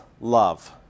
love